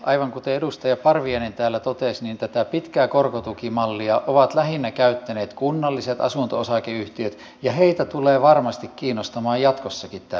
aivan kuten edustaja parviainen täällä totesi tätä pitkää korkotukimallia ovat lähinnä käyttäneet kunnalliset asunto osakeyhtiöt ja heitä tulee varmasti kiinnostamaan jatkossakin tämä pitkä korkotukimalli